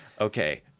okay